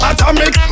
Atomic